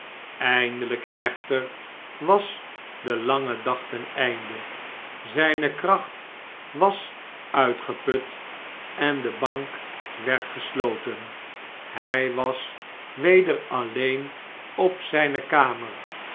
eindeljjk echter was de lange dag ten einde zijne kracht was uitgeput en de bank werd gesloten hij was weder alleen op zjjne kamer